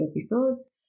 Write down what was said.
episodes